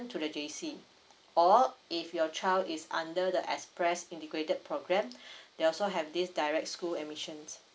to the J_C or if your child is under the express integrated program they also have this direct school admissions